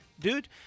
Dude